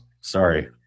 sorry